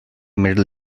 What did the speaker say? middle